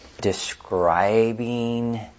describing